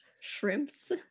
shrimps